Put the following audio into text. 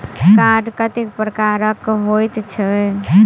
Card कतेक प्रकारक होइत छैक?